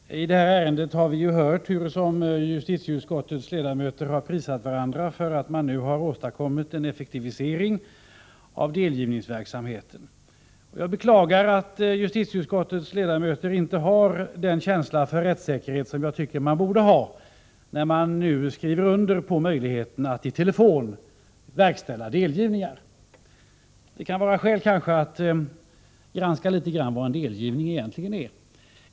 Herr talman! I detta ärende har vi hört hur justitieutskottets ledamöter har prisat varandra för att man nu har åstadkommit en effektivisering av delgivningsverksamheten. Jag beklagar att justitieutskottets ledamöter, när de nu skriver under på möjligheten att i telefon verkställa delgivningar, inte har den känsla för rättssäkerhet som jag tycker att de borde ha. Det kan kanske vara skäl att något litet granska vad en delgivning egentligen är.